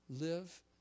live